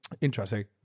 Interesting